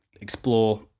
explore